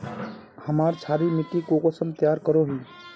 हमार क्षारी मिट्टी कुंसम तैयार करोही?